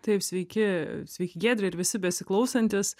taip sveiki sveiki giedre ir visi besiklausantys